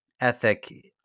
ethic